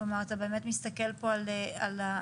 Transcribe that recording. אתה באמת מסתכל פה על הגודל.